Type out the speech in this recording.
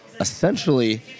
essentially